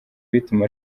bituma